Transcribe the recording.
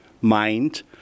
mind